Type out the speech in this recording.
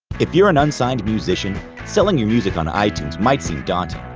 if you're an unsigned musician, selling your music on itunes might seem daunting.